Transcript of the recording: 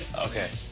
okay.